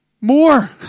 more